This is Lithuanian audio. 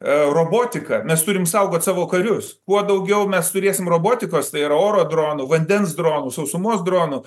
robotika mes turim saugot savo karius kuo daugiau mes turėsim robotikos tai yra oro dronų vandens dronų sausumos dronų